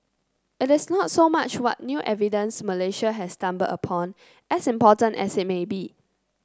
it is not so much what new evidence Malaysia has stumbled upon as important as it may be